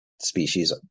species